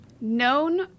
known